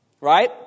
Right